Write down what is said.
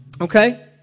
Okay